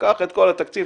קח את כל התקציב,